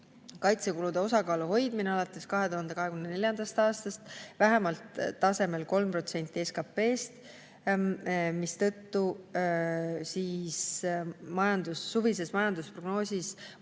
kaitsekulude osakaalu hoidmine alates 2024. aastast vähemalt tasemel 3% SKP-st, mistõttu suvises majandusprognoosis on